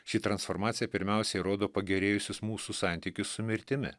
ši transformacija pirmiausiai įrodo pagerėjusius mūsų santykius su mirtimi